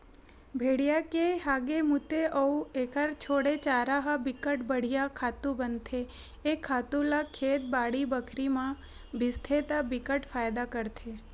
भेड़िया के हागे, मूते अउ एखर छोड़े चारा ह बिकट बड़िहा खातू बनथे ए खातू ल खेत, बाड़ी बखरी म छितबे त बिकट फायदा करथे